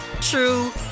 true